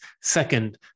second